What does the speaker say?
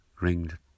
ringed